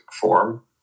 form